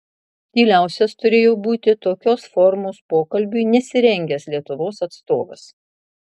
tyliausias turėjo būti tokios formos pokalbiui nesirengęs lietuvos atstovas